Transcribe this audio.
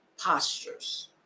postures